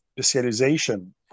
specialization